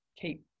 keep